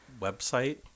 website